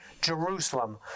Jerusalem